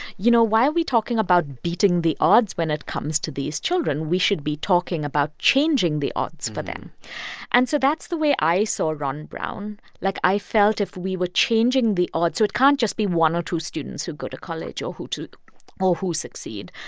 you know, why are we talking about beating the odds when it comes to these children? we should be talking about changing the odds for them and so that's the way i saw ron brown. like, i felt, if we were changing the odds so it can't just be one or two students who go to college or who to or who succeed.